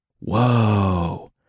Whoa